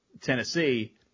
Tennessee